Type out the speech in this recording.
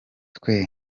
twe